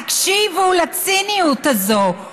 תקשיבו לציניות הזאת,